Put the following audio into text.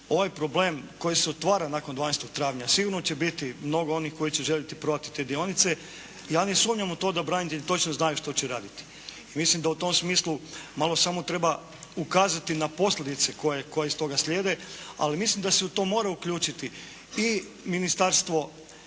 ovaj problem koji se otvara nakon 12. travnja sigurno će biti mnogo onih koji će željeti prodati te dionice. Ja ne sumnjam u to da branitelji točno znaju što će raditi mislim da u tom smislu malo samo treba ukazati na posljedice koje iz toga slijede, ali mislim da se u to mora uključiti i Ministarstvo